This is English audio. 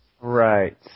Right